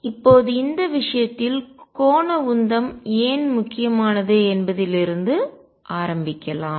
இப்போது இந்த விஷயத்தில் கோண உந்தம் ஏன் முக்கியமானது என்பதில் இருந்து ஆரம்பிக்கலாம்